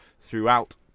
throughout